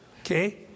Okay